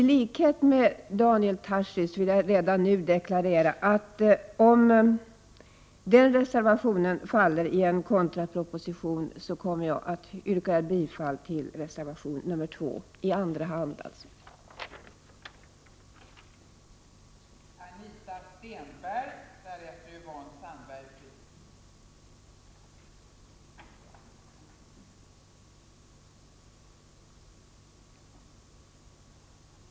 Tlikhet med Daniel Tarschys vill jag redan nu deklarera, att om reservation 1 faller vid en kontrapropositionsvotering, kommer jag att rösta för reservation 2, som jag alltså i andra hand yrkar bifall till.